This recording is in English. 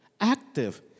Active